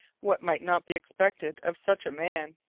what might not be expected of such a man!